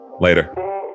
Later